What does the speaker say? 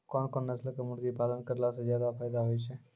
कोन कोन नस्ल के मुर्गी पालन करला से ज्यादा फायदा होय छै?